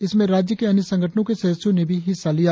इसमें राज्य के अन्य संगठनों के सदस्यों ने भी हिस्सा लिया